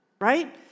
Right